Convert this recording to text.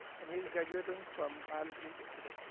and he's graduating from biology today.